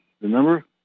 Remember